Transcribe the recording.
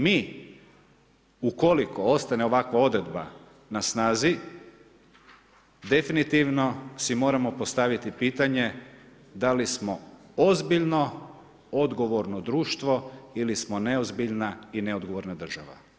Mi ukoliko ostane ovakva odredba na snazi definitivno si moramo postaviti pitanje da li smo ozbiljno odgovorno društvo ili smo neozbiljna i neodgovorna država.